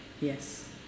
Yes